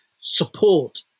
support